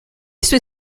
suoi